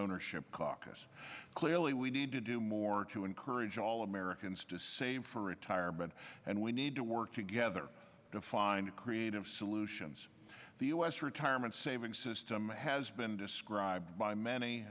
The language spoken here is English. ownership caucus clearly we need to do more to encourage all americans to save for retirement and we need to work together to find creative solutions to the u s retirement savings system has been described by many